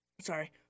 Sorry